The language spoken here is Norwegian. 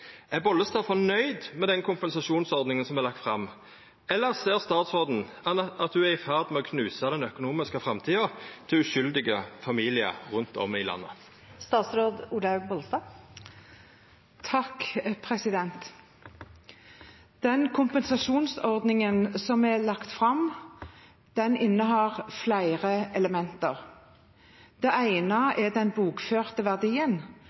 Er statsråd Bollestad fornøgd med den kompensasjonsordninga som er lagt fram, eller ser statsråden at ho er i ferd med å knusa den økonomiske framtida til uskyldige familiar rundt om i landet? Den kompensasjonsordningen som er lagt fram, innehar flere elementer. Det